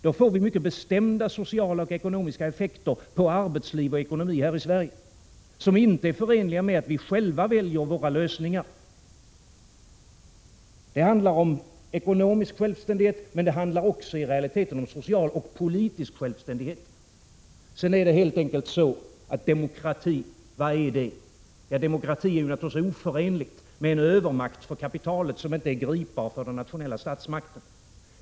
Då får vi mycket bestämda sociala och ekonomiska effekter på arbetsliv och ekonomi här i Sverige som inte är förenliga med att vi själva väljer våra lösningar. Det handlar om ekonomisk självständighet, men det handlar också i realiteten om social och politisk självständighet. Vad är demokrati? Ja, demokrati är naturligtvis oförenlig med en övermakt för kapitalet som inte är gripbar för den nationella statsmakten.